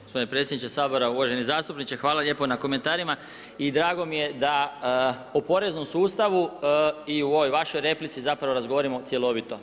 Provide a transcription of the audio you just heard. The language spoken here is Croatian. Gospodin predsjedniče Sabora, uvaženi zastupniče hvala lijepo na komentarima i dragao mi je da o poreznom sustavu i u ovoj vašoj replici zapravo razgovaramo cjelovito.